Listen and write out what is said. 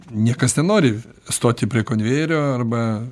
niekas nenori stoti prie konvejerio arba